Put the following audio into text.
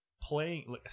Playing